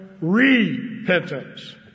Repentance